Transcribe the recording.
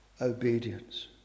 obedience